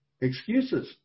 Excuses